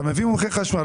אתה מביא מומחה חשמל,